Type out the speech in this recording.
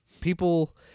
people